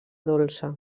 dolça